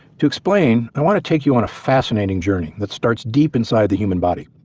to explain i wanna take you on a fascinating journey that starts deep inside the human body.